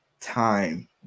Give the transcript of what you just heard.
time